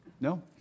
No